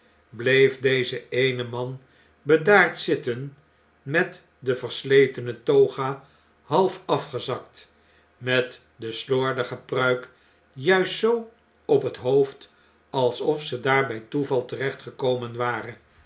bleef deze e ene man bedaard zitten met de versletene toga half afgezakt met de slordige pruik juist zoo op het hoofd alsof ze daar bjj toeval terecht gekomen ware